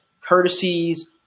courtesies